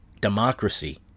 democracy